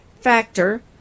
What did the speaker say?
factor